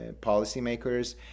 policymakers